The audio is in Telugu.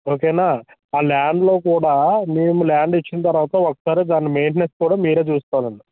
ఓకేనా ఆ ల్యాండ్లో కూడా మేము ల్యాండ్ ఇచ్చిన తర్వాత ఒకసారీ దాని మెయింటనెన్స్ కూడా మీరే చూస్కోవాలండి